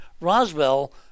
Roswell